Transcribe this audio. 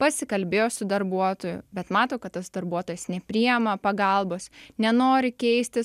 pasikalbėjo su darbuotoju bet mato kad tas darbuotojas nepriima pagalbos nenori keistis